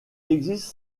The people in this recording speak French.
existe